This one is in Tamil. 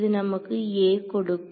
இது நமக்கு a கொடுக்கும்